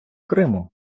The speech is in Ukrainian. криму